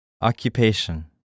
Occupation